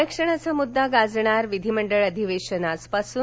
आरक्षणाचा मुद्दा गाजणार विधिमंडळ अधिवेशन आजपासून